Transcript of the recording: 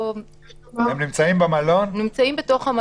הם נמצאים בתוך המלון.